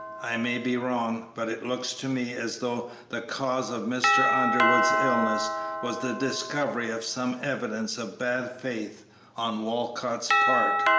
i may be wrong, but it looks to me as though the cause of mr. underwood's illness was the discovery of some evidence of bad faith on walcott's part.